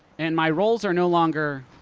and my rolls are no longer.